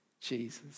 Jesus